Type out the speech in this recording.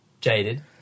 Jaded